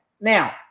Now